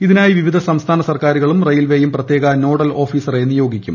ഇതിനായി വിവിധ സംസ്ഥാന സർക്കാരുകളും റിയിൽവേയും പ്രത്യേക നോഡൽ ഓഫീസറെ നിയമിക്കും